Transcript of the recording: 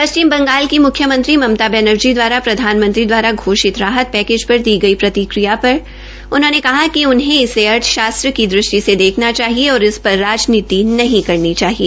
पश्चिम बंगाल की मुख्यमंत्री ममता बैनर्जी द्वारा प्रधानमंत्री दवारा घोषित राहत पैकेज पर दी गई प्रतिक्रिया पर उन्हे इसे अर्थशास्त्र की दृष्टि से देखना चाहिए और इस पर राजनीति नहीं करनी चाहिए